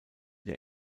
der